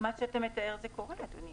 התייחסנו בדיון הקודם לנושא של הסיוע של המדינה.